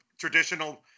traditional